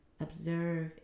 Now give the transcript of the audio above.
observe